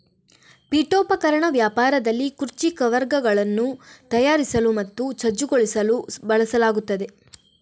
ಪೀಠೋಪಕರಣ ವ್ಯಾಪಾರದಲ್ಲಿ ಕುರ್ಚಿ ಕವರ್ಗಳನ್ನು ತಯಾರಿಸಲು ಮತ್ತು ಸಜ್ಜುಗೊಳಿಸಲು ಬಳಸಲಾಗುತ್ತದೆ